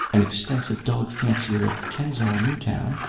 an extensive dog-fancier at kensall new town,